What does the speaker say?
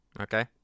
okay